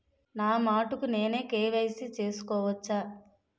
నా మటుకు నేనే కే.వై.సీ చేసుకోవచ్చా?